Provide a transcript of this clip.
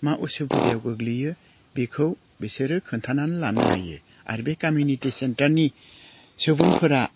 मा उसुबिदायाव गोग्लैयो बेखौ बिसोरो खोन्थानानै लानो हायो आरो बे कमिउनिटि सेन्टारनि सुबुंफोरा